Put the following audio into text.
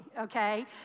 okay